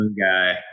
guy